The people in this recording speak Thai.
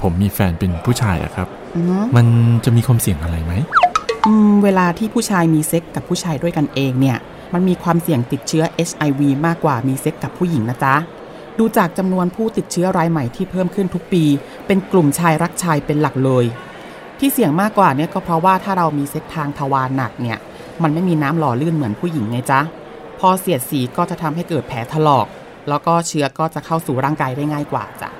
ผมมีแฟนเป็นผู้ชายอะครับอือฮึมันจะมีความเสี่ยงอะไรไหม?อืม เวลาที่ผู้ชายมีเซ็กกับผู้ชายด้วยกันเองเนี่ย มันมีความเสี่ยงติดเชื้อ HIV มากกว่ามีเซ็กกับผู้หญิงนะจ๊ะ ดูจากจำนวนผู้ติดเชื้อรายใหม่ที่เพิ่มขึ้นทุกปีเป็นกลุ่มชายรักชายเป็นหลักเลย ที่เสี่ยงมากกว่าเนี่ยก็เพราะว่าถ้าเรามีเซ็กทางทวารหนักเนี่ย มันไม่มีน้ำหล่อลื่นเหมือนผู้หญิงไงจ๊ะ พอเสียดสีก็จะทำให้เกิดแผลถลอก แล้วก็เชื้อก็จะเข้าสู่ร่างกายได้ง่ายกว่าจ๊ะ